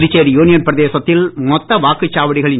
Puducherry union பிரதேசத்தில் மொத்த வாக்குச்சாவடிகளின்